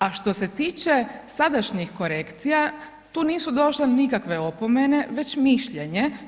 A što se tiče sadašnjih korekcija, tu nisu došle nikakve opomene, već mišljenje.